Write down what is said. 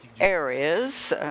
areas